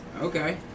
Okay